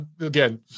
again